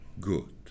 good